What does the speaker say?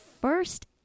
first